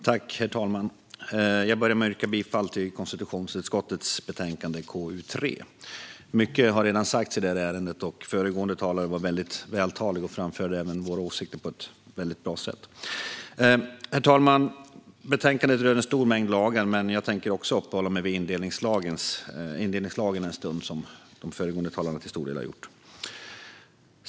Herr talman! Jag börjar med att yrka bifall till konstitutionsutskottets betänkande KU3. Mycket har redan sagts i detta ärende, och föregående talare var vältalig och framförde även våra åsikter på ett bra sätt. Herr talman! Betänkandet gäller en stor mängd lagar, men jag tänker också, som föregående talare till stor del har gjort, uppehålla mig vid indelningslagen en stund.